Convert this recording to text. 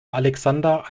alexander